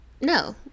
no